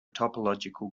topological